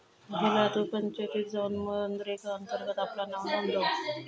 झिला तु पंचायतीत जाउन मनरेगा अंतर्गत आपला नाव नोंदव